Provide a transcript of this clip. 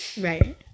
Right